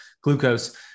glucose